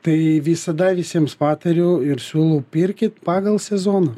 tai visada visiems patariu ir siūlau pirkit pagal sezoną